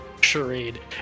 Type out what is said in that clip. charade